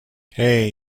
hey